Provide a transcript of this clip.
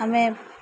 ଆମେ